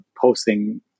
posting